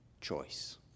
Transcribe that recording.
choice